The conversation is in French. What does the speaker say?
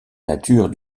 nature